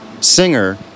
Singer